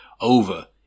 over